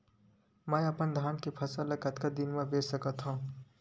मैं अपन धान के फसल ल कतका दिन म बेच सकथो?